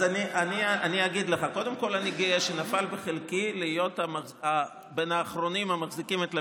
אני גאה שנפל, 21:45, אני לא קונה את זה.